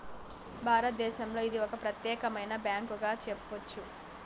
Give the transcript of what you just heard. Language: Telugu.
భారతదేశంలో ఇది ఒక ప్రత్యేకమైన బ్యాంకుగా చెప్పొచ్చు